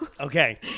Okay